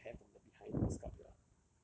they take the hair from the behind the scalp here